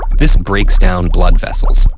this breaks down blood vessels,